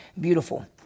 beautiful